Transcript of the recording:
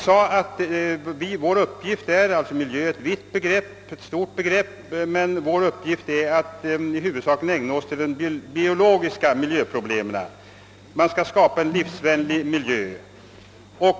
Utredningen sade att miljö är ett vidsträckt begrepp, men vår uppgift är att huvudsakligen ägna oss åt de biologiska miljöproblemen. Man skall skapa en livsvänlig miljö.